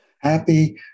Happy